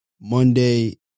Monday